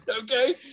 Okay